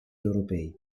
europei